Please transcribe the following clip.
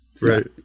Right